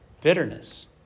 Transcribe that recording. Bitterness